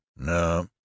No